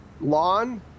lawn